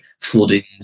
floodings